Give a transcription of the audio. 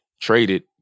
traded